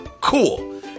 Cool